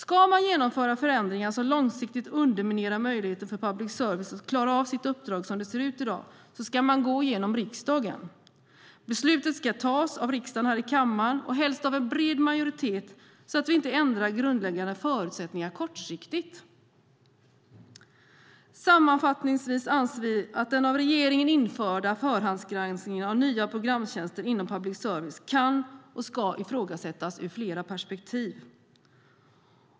Ska man genomföra förändringar som långsiktigt underminerar möjligheterna för public service att klara av sitt uppdrag som det ser ut i dag ska man gå genom riksdagen. Beslutet ska tas av riksdagen här i kammaren och helst av en bred majoritet så att vi inte ändrar grundläggande förutsättningar kortsiktigt. Sammanfattningsvis anser vi att den av regeringen införda förhandsgranskningen av nya programtjänster inom public service kan och ska ifrågasättas ur flera perspektiv.